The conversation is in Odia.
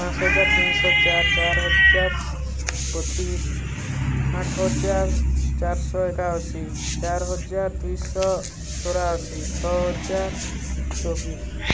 ପାଞ୍ଚ ହଜାର ତିନିଶହ ଚାରି ଚାରି ହଜାର ବତିଶ ଆଠ ହଜାର ଚାରିଶହ ଏକାଅଶୀ ଚାରି ହଜାର ଦୁଇଶହ ଚଉରାଅଶୀ ଛଅ ହଜାର ଚବିଶ